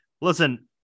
Listen